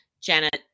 Janet